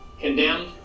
condemned